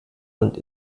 und